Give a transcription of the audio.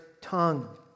tongue